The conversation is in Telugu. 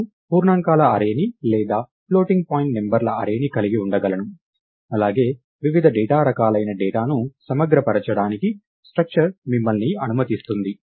నేను పూర్ణాంకాల అర్రేని లేదా ఫ్లోటింగ్ పాయింట్ నంబర్ల అర్రేని కలిగి ఉండగలను అలాగే వివిధ డేటా రకాలైన డేటాను సమగ్రపరచడానికి స్ట్రక్చర్ మిమ్మల్ని అనుమతిస్తుంది